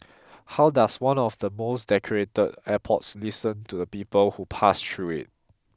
how does one of the most decorated airports listen to the people who pass through it